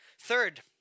Third